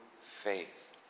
faith